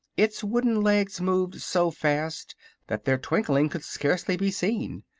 its wooden legs moved so fast that their twinkling could scarcely be seen,